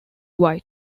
white